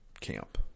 camp